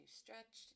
stretch